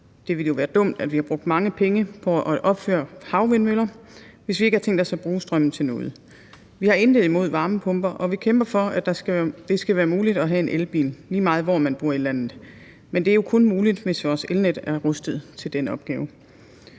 Det ville jo være dumt, at vi har brugt mange penge på at opføre havvindmøller, hvis vi ikke har tænkt os at bruge strømmen til noget. Vi har intet imod varmepumper, og vi kæmper for, at det skal være muligt at have en elbil, lige meget hvor man bor i landet. Men det er jo kun muligt, hvis vores elnet er rustet til den opgave.